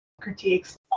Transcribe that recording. critiques